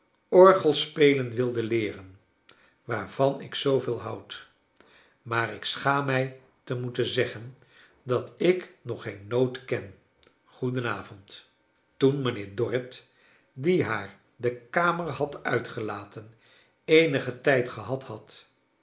ik orgelspelen wilde leeren waarvan ik zooveel houd maar ik schaam mij te moeten zeggen dat ik nog geen noot ketn goeden avond toen mijnheer dorrit die haar de kamer had uitgelaten eenigen tijd gehad had